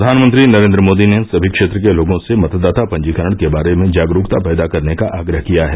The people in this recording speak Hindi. प्रधानमंत्री नरेन्द्र मोदी ने सभी क्षेत्र के लोगों से मतदाता पंजीकरण के बारे में जागरूकता पैदा करने का आग्रह किया है